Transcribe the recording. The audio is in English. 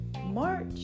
March